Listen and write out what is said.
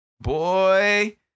Boy